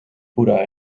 pura